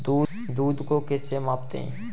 दूध को किस से मापते हैं?